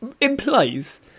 implies